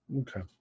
okay